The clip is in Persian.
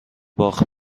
باخت